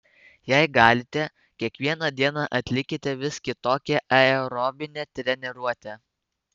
jei galite kiekvieną dieną atlikite vis kitokią aerobinę treniruotę